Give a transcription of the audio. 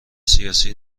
سیاسی